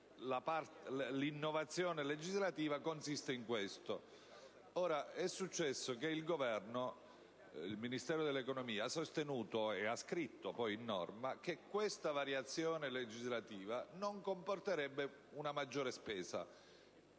L'innovazione legislativa consiste in questo. Il Ministero dell'economia ha sostenuto e scritto poi in norma che questa variazione legislativa non comporterebbe una maggiore spesa.